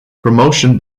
promotion